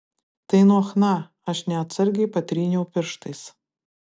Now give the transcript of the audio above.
tai nuo chna aš neatsargiai patryniau pirštais